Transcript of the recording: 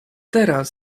teraz